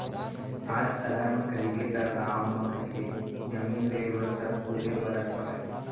आज सहर म कहिबे तव गाँव म कहिबे जमीन लेय बर सब कुदे परत हवय